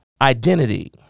Identity